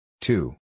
Two